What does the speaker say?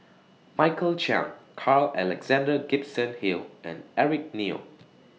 Michael Chiang Carl Alexander Gibson Hill and Eric Neo